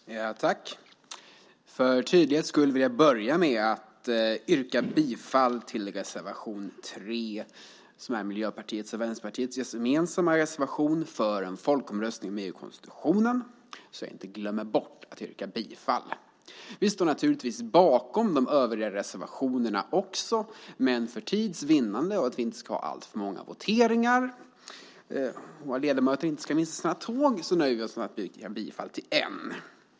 Herr talman! För tydlighets skull skulle jag vilja börja, så att jag inte glömmer bort det, med att yrka bifall till reservation 3, som är Miljöpartiets och Vänsterpartiets gemensamma reservation för en folkomröstning om EU-konstitutionen. Vi står naturligtvis bakom de övriga reservationerna också, men för tids vinnande, för att det inte ska bli alltför många voteringar och för att några ledamöter inte ska missa sina tåg nöjer jag mig med att yrka bifall till bara en.